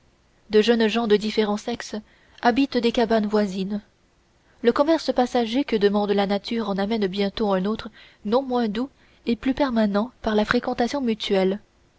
de jeunes gens de différents sexes habitent des cabanes voisines le commerce passager que demande la nature en amène bientôt un autre non moins doux et plus permanent par la fréquentation mutuelle